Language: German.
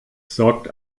sorgt